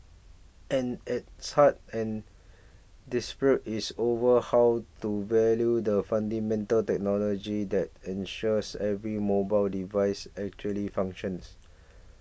and its heart and dispute is over how to value the fundamental technology that ensures every mobile device actually functions